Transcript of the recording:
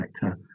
sector